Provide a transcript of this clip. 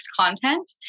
content